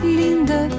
linda